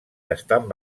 estan